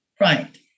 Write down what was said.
Right